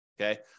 Okay